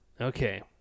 Okay